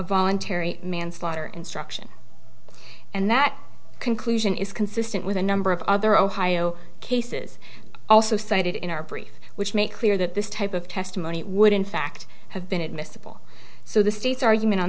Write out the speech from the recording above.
voluntary manslaughter instruction and that conclusion is consistent with a number of other ohio cases also cited in our brief which make clear that this type of testimony would in fact have been admissible so the state's argument on